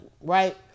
right